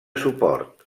suport